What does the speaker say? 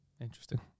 Interesting